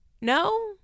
No